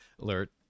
alert